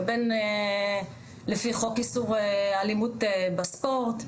ובין לפי חוק איסור אלימות בספורט.